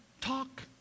talk